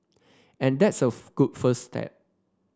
and that's a good first step